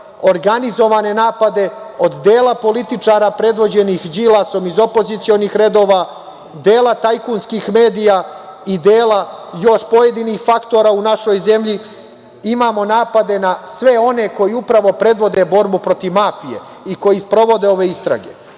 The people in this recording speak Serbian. organizovane napade od dela političara predvođenih Đilasom iz opozicionih redova, dela tajkunskih medija i dela još pojedinih faktora u našoj zemlji, imamo napade na sve one koji upravo predvode borbu protiv mafije i koji sprovode ove istrage. Tako